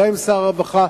גם עם שר הרווחה,